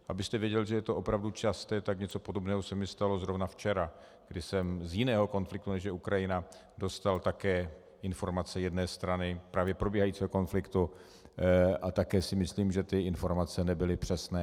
Abyste věděl, že je to opravdu časté, tak něco podobného se mi stalo zrovna včera, kdy jsem z jiného konfliktu, než je Ukrajina, dostal také informace jedné strany právě probíhajícího konfliktu, a také si myslím, že ty informace nebyly přesné.